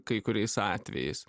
kai kuriais atvejais